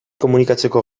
komunikatzeko